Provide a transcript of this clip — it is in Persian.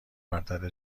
برتر